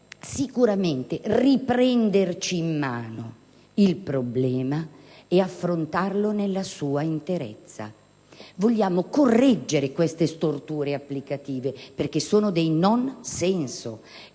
decisamente riprendere in mano il problema e affrontarlo nella sua interezza. Vogliamo correggere queste storture applicative perché sono un nonsenso,